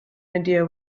idea